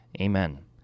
amen